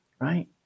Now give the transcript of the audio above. right